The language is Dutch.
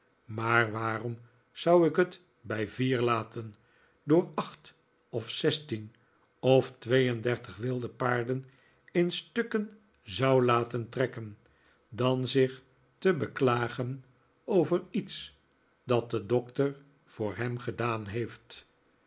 maar waarom zou ik het bij vier laten door acht of zestien of twee en dertig wilde paarden in stukken zou laten trekken dan zich te beklagen over iets dat de doctor voor hem gedaan heeft